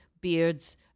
beards